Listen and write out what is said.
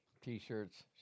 T-shirts